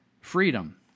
freedom